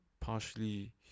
partially